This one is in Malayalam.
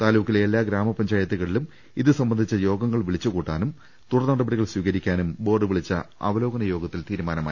താലൂക്കിലെ എല്ലാ ഗ്രാമപഞ്ചാ യത്തുകളിലും ഇതുസംബന്ധിച്ച യോഗങ്ങൾ വിളിച്ചുകൂട്ടാനും തുടർ നടപ ടികൾ സ്വീകരിക്കാനും ബോർഡ് വിളിച്ച അവലോകന യോഗത്തിൽ തീരു മാനമായി